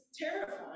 terrifying